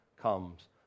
comes